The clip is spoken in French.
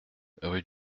rue